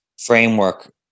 framework